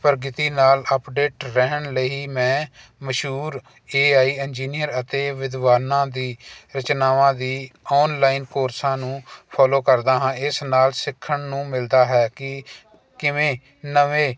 ਪ੍ਰਗਤੀ ਨਾਲ ਅਪਡੇਟ ਰਹਿਣ ਲਈ ਮੈਂ ਮਸ਼ਹੂਰ ਏ ਆਈ ਇੰਜੀਨੀਅਰ ਅਤੇ ਵਿਦਵਾਨਾਂ ਦੀ ਰਚਨਾਵਾਂ ਦੀ ਓਨਲਾਈਨ ਕੋਰਸਾਂ ਨੂੰ ਫੋਲੋ ਕਰਦਾ ਹਾਂ ਇਸ ਨਾਲ ਸਿੱਖਣ ਨੂੰ ਮਿਲਦਾ ਹੈ ਕਿ ਕਿਵੇਂ ਨਵੇਂ